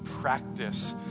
practice